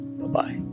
Bye-bye